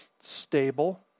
stable